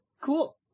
Cool